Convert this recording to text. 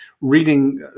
reading